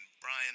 Brian